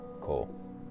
cool